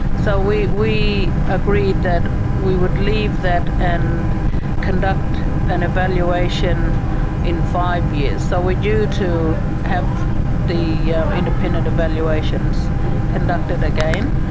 so we we agreed that we would leave that and conduct an evaluation in five years. so we are due to have the yeah independent evaluations conducted again.